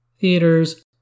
theaters